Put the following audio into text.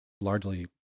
largely